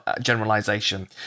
generalization